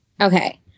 Okay